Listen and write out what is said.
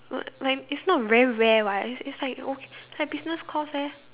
uh like it's not very rare [what] it's it's like you know like business course eh